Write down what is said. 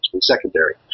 secondary